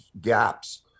gaps